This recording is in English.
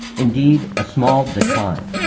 indeed a small decline.